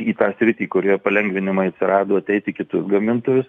į tą sritį kurioje palengvinimai atsirado ateiti kitus gamintojus